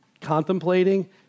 contemplating